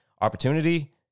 opportunity